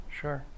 sure